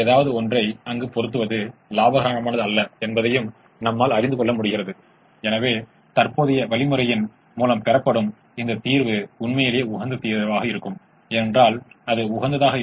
இப்போது வேறு சில தீர்வுகளை சிறந்த தீர்வுகளைப் பெற முடியுமா என்று பார்க்க முயற்சிக்கிறேன் ஏனென்றால் இது ஒரு குறைக்கும் பிரச்சினை